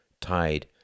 tide